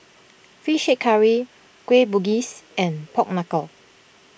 Fish Head Curry Kueh Bugis and Pork Knuckle